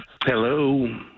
hello